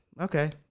okay